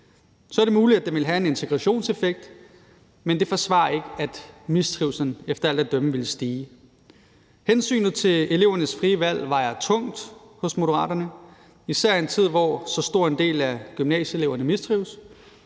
Så er det muligt, at det ville have en integrationseffekt, men det forsvarer ikke, at mistrivslen efter alt at dømme ville stige. Hensynet til elevernes frie valg vejer tungt hos Moderaterne, især i en tid, hvor så stor en del af gymnasieeleverne mistrives;